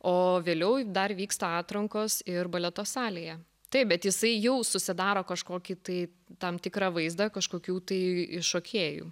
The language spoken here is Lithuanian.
o vėliau dar vyksta atrankos ir baleto salėje taip bet jisai jau susidaro kažkokį tai tam tikrą vaizdą kažkokių tai iš šokėjų